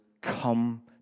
come